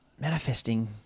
Manifesting